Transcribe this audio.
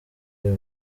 uyu